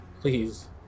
Please